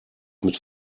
mit